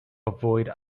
avoid